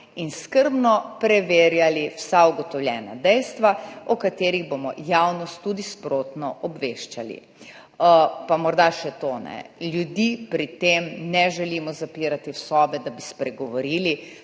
in skrbno preverjali vsa ugotovljena dejstva, o katerih bomo javnost tudi sprotno obveščali. Pa morda še to, ljudi pri tem ne želimo zapirati v sobe, da bi spregovorili,